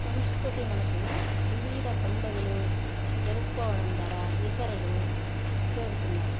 సంస్కృతి మనకు వివిధ పండుగలు జరుపుకోవడం ద్వారా ఇతరులు చేరుతున్నారు